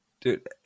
dude